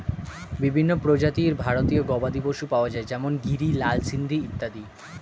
বিভিন্ন প্রজাতির ভারতীয় গবাদি পশু পাওয়া যায় যেমন গিরি, লাল সিন্ধি ইত্যাদি